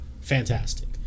Fantastic